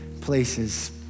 places